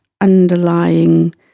underlying